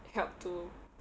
help to